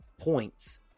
points